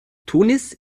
tunis